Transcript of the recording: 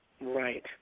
Right